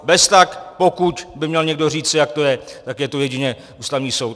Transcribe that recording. Beztak pokud by měl někdo říci, jak to je, tak je to jedině Ústavní soud.